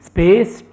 Space